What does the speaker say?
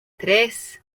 tres